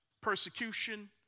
persecution